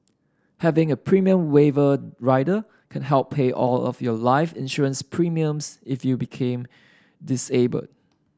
having a premium waiver rider can help pay all of your life insurance premiums if you became disabled